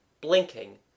blinking